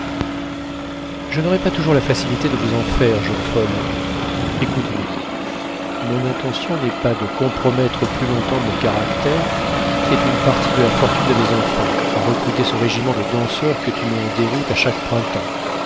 je n'aurai pas toujours la facilité de vous en faire jeune folle écoute émilie mon intention n'est pas de compromettre plus longtemps mon caractère qui est une partie de la fortune de mes enfants à recruter ce régiment de danseurs que tu mets en déroute à chaque printemps